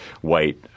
white